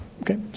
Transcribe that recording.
okay